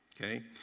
Okay